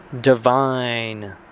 divine